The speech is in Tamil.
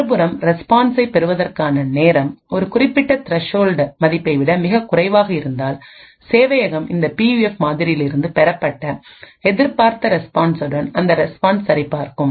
மறுபுறம் ரெஸ்பான்ஸை பெறுவதற்கான நேரம் ஒரு குறிப்பிட்ட த்ரசோல்டு மதிப்பை விட மிகக் குறைவாக இருந்தால் சேவையகம் இந்த பியூஎஃப் மாதிரியிலிருந்து பெறப்பட்ட எதிர்பார்த்த ரெஸ்பான்சுடன் அந்த ரெஸ்பான்ஸை சரிபார்க்கும்